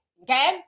Okay